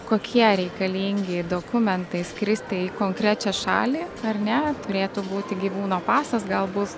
kokie reikalingi dokumentai skristi į konkrečią šalį ar ne turėtų būti gyvūno pasas gal bus